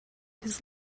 his